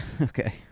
Okay